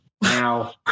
Now